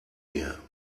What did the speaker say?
mir